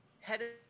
headed